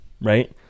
right